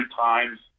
times